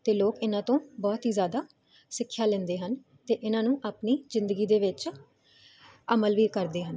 ਤੇ ਲੋਕ ਇਹਨਾਂ ਤੋਂ ਬਹੁਤ ਹੀ ਜਿਆਦਾ ਸਿੱਖਿਆ ਲੈਂਦੇ ਹਨ ਤੇ ਇਹਨਾਂ ਨੂੰ ਆਪਣੀ ਜ਼ਿੰਦਗੀ ਦੇ ਵਿੱਚ ਅਮਲ ਵੀ ਕਰਦੇ ਹਨ